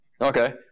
Okay